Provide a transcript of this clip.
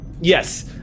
Yes